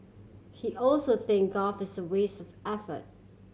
he also think golf is a waste of effort